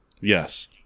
Yes